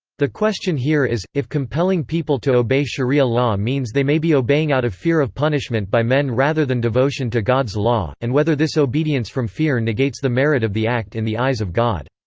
the question here is, if compelling people to obey shariah law means they may be obeying out of fear of punishment by men rather than devotion to god's law, and whether this obedience from fear negates the merit of the act in the eyes of god.